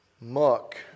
muck